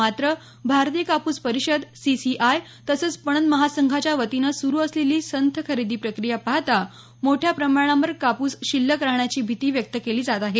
मात्र भारतीय कापूस परिषद सीसीआय तसंच पणन महासंघाच्या वतीनं सुरू असलेली संथ खरेदी प्रक्रिया पाहता मोठ्याप्रमाणावर कापूस शिल्लक राहण्याची भीती व्यक्त केली जात आहे